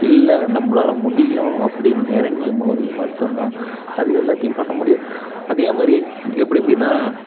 இல்லை நம்மளால முடியும் அப்படின்னு இறங்கி மோது மட்டுந்தான் அது எல்லாத்தையும் பண்ண முடியும் அதேமாதிரியே எப்படி எப்படின்னா